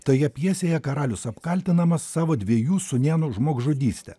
toje pjesėje karalius apkaltinamas savo dviejų sūnėnų žmogžudyste